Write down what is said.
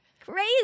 Crazy